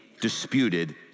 disputed